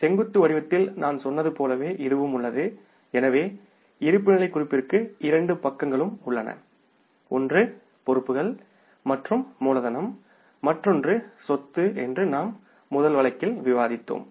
செங்குத்து வடிவத்தில் நான் சொன்னது போலவே இதுவும் உள்ளது எனவே இருப்புநிலை குறிப்பிற்கு இரண்டு பக்கங்களும் உள்ளன ஒன்று பொறுப்புகள் மற்றும் மூலதனம் மற்றும் மற்றொன்று சொத்து என்று நாம் முதல் வழக்கில் விவாதித்தோம்